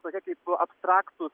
tokia kaip abstraktūs